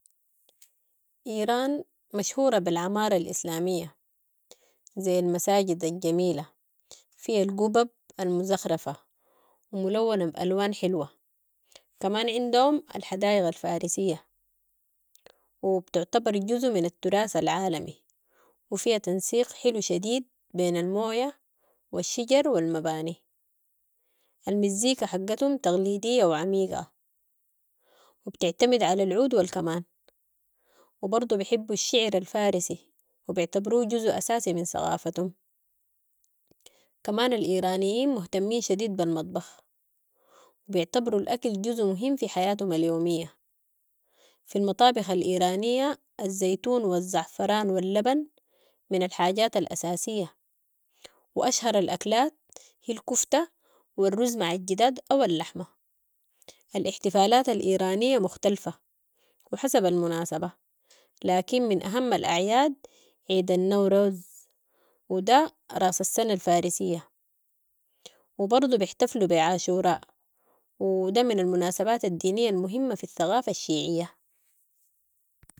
إيران مشهورة بالعمارة الإسلامية، زي المساجد الجميلة، فيها القبب المزخرفة و ملونة بالوان حلوة، كمان عندهم الحدايق الفارسية و بتعتبر جزو من التراث العالمي و فيها تنسيق حلو شديد بين الموية و الشجر و المباني. المزيكا حقتهم تقليدية و عميقة و بتعتمد علي العود و الكمان و برضو بحبو الشعر الفارسي و بعتبروهو جزو اساسي من ثقافتهم. كمان الإيرانيين مهتمين شديد بالمطبخ و يعتبروا الاكل جزو مهم في حياتهم اليومية، في المطابخ الإيرانية الزيتون و الزعفران و اللبن، من الحاجات ال اساسية و اشهر ال اكلات هي الكوفتة و الرز مع الجداد او اللحمة. الاحتفالات الإيرانية مختلفة و حسب المناسبة، لكن من اهم ال اعياد عيد النوروز و ده ر اس السنة الفارسية و برضو بحتفلوا بي عاشوراء و ده من المناسبات الدينية المهمة في الثقافة الشيعية.